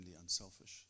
unselfish